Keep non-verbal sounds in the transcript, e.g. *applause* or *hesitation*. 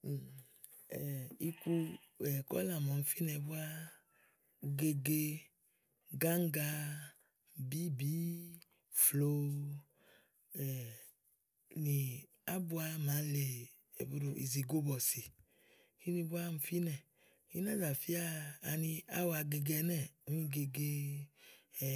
*hesitation* *noise* iku kɔ̀là màa ɔmi fínɛ búá gege gáŋga, bìíbìií, fl̀òo *hesitation* nì ábua màa lé ebud̀ò ìzìgo bɔ̀sì, kíni búá ɔmi fínɛ̀ íná zà fía ani áwage ge ɛnɛ́ɛ̀ gegee